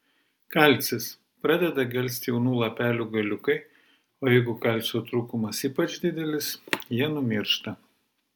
kalcis pradeda gelsti jaunų lapelių galiukai o jeigu kalcio trūkumas ypač didelis jie numiršta